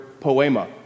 poema